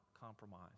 compromise